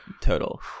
total